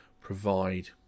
provide